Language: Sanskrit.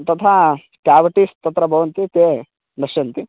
तथा तावती तत्र भवन्ति ते पश्यन्ति